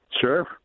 Sure